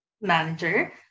manager